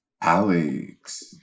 alex